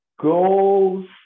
goals